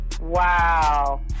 Wow